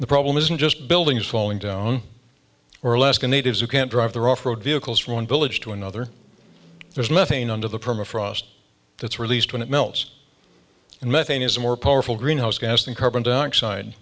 the problem isn't just buildings falling down or alaskan natives who can't drive their off road vehicles from one village to another there's nothing under the permafrost that's released when it melts and methane is more powerful greenhouse gas than carbon dioxide